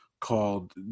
called